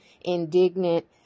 indignant